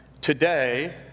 Today